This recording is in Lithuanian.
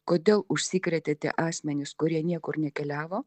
kodėl užsikrėtė tie asmenys kurie niekur nekeliavo